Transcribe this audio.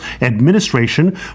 administration